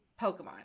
Pokemon